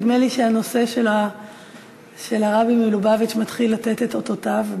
נדמה לי שהנושא של הרבי מלובביץ' מתחיל לתת את אותותיו.